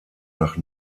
nach